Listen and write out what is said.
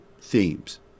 themes